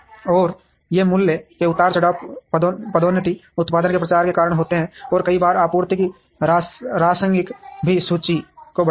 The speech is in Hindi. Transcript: और ये मूल्य में उतार चढ़ाव पदोन्नति उत्पाद के प्रचार के कारण होते हैं और कई बार आपूर्ति की राशनिंग भी सूची को बढ़ाती है